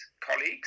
colleagues